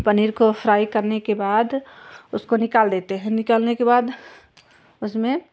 पनीर को फ्राई करने के बाद उसको निकाल देते हैं निकालने के बाद उसमें